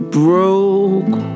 broke